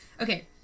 Okay